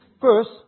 First